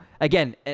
again